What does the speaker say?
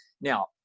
Now